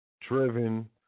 driven